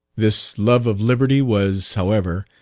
this love of liberty was, however,